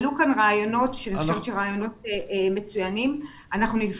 עלו כאן רעיונות שאני חושבת שהם רעיונות מצוינים,